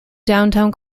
downtown